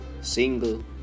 single